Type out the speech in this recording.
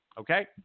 Okay